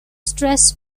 stress